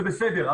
זה בסדר,